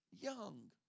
young